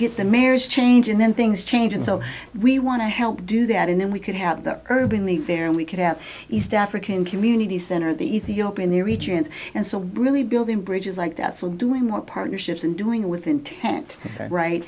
get the mayor's change and then things change and so we want to help do that and then we could have the urban league there and we could out east african community center the ethiopian the regions and so really building bridges like that so doing more partnerships and doing with intent right